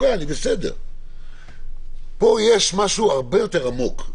משהו הרבה יותר עמוק,